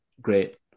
great